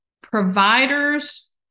providers